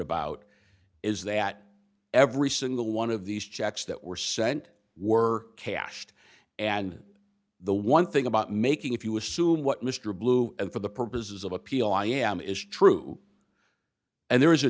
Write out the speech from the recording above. about is that every single one of these checks that were sent were cashed and the one thing about making if you assume what mr blue and for the purposes of appeal i am is true and there is a